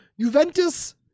Juventus